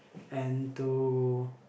and to